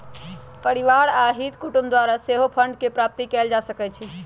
परिवार आ हित कुटूम द्वारा सेहो फंडके प्राप्ति कएल जा सकइ छइ